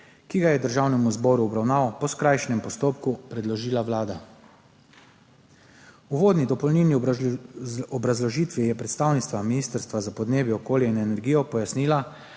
ki ga je Državnemu zboru v obravnavo po skrajšanem postopku predložila Vlada. V uvodni dopolnilni obrazložitvi je predstavnica Ministrstva za okolje, podnebje in energijo pojasnila,